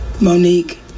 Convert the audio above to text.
Monique